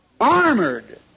armored